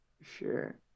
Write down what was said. sure